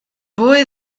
boy